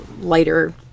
lighter